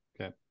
Okay